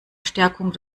stärkung